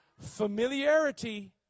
Familiarity